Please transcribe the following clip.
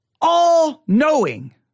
all-knowing